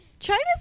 China's